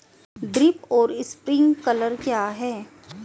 Drip और sprinkler क्या हैं?